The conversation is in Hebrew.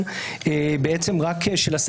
שלום.